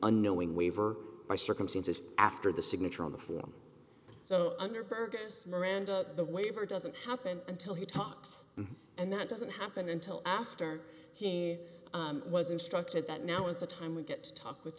unknowing waiver by circumstances after the signature on the form so under burgas miranda the waiver doesn't happen until he talks and that doesn't happen until after he was instructed that now is the time we get to talk with